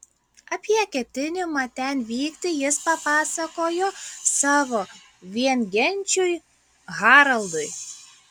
apie ketinimą ten vykti jis papasakojo savo viengenčiui haraldui